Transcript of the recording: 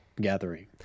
gathering